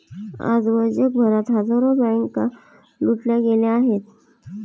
आजवर जगभरात हजारो बँका लुटल्या गेल्या आहेत